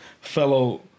fellow